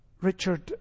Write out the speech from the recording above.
Richard